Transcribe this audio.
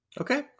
Okay